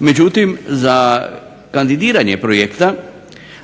Međutim za kandidiranje projekta